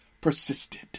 persisted